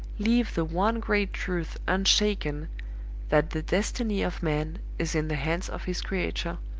leave the one great truth unshaken that the destiny of man is in the hands of his creator,